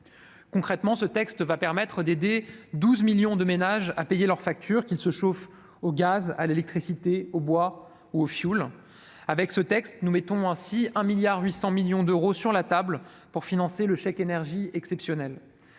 Concrètement, ce texte va permettre d'aider 12 millions de ménages qui se chauffent au gaz, à l'électricité, au bois ou au fioul à payer leurs factures. Nous mettons 1,8 milliard d'euros sur la table pour financer le chèque énergie exceptionnel,